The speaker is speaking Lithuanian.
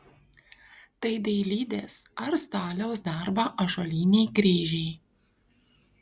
tai dailidės ar staliaus darbo ąžuoliniai kryžiai